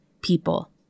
people